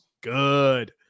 good